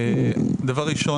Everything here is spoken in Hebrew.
ראשית,